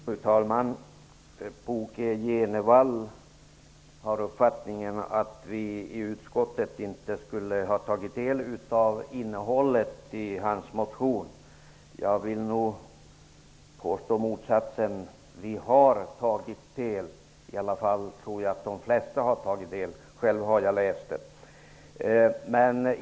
Fru talman! Bo G Jenevall har uppfattningen att vi i utskottet inte har tagit del av innehållet i hans motion. Jag vill nog påstå motsatsen: de flesta av oss har tagit del av motionen -- jag har själv läst den.